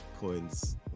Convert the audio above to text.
coins